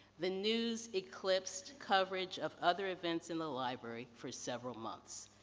the news eclipsed coverage of other events in the library for several months.